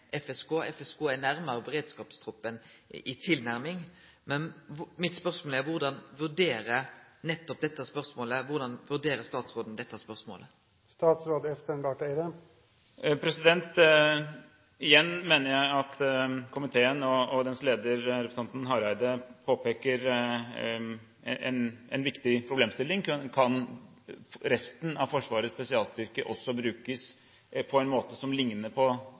FSK. FSK er nærare beredskapstroppen i tilnærming. Mitt spørsmål er: Korleis vurderer statsråden dette spørsmålet? Igjen mener jeg at komiteen og dens leder, representanten Hareide, påpeker en viktig problemstilling: Kan resten av Forsvarets spesialstyrker også brukes på en måte som ligner på